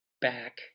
back